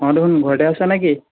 অ ধুন ঘৰতে আছানে কি